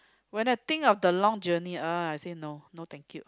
when I think of the long journey uh I say no no thank you